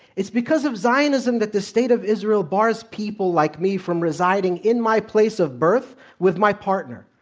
it's because of zionism that the state of israel bars people like me from residing in my place of birth with my partner,